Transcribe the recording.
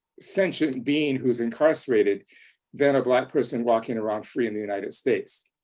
sentient being who's incarcerated than a black person walking around free in the united states.